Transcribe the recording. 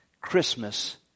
Christmas